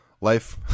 life